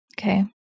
Okay